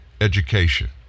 education